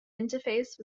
interface